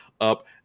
up